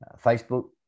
facebook